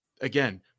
again